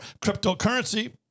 Cryptocurrency